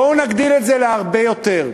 בואו נגדיל את זה הרבה יותר.